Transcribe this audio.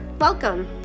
welcome